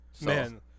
Man